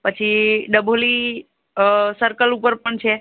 પછી ડભોલી સર્કલ ઉપર પણ છે